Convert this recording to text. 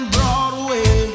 Broadway